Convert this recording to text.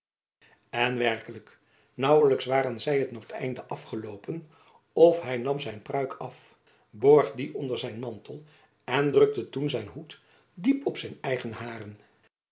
en werkelijk naauwelijks waren zy het noordeinde afgeloopen of hy nam zijn pruik af borg die onder zijn mantel en drukte toen zijn hoed diep op zijn eigen hairen